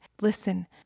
Listen